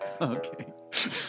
Okay